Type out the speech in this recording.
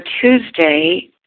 Tuesday